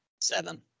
Seven